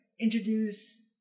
introduce